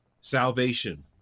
salvation